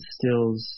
Stills